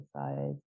exercise